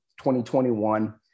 2021